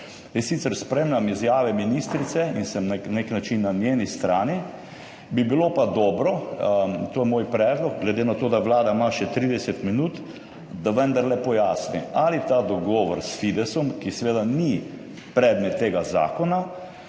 Jaz sicer spremljam izjave ministrice in sem na nek način na njeni strani, bi bilo pa dobro, to je moj predlog, glede na to, da Vlada ima še trideset minut, da vendarle pojasni, ali ta dogovor s Fidesom, ki seveda ni predmet tega zakona,